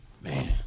Man